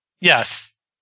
Yes